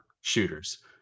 shooters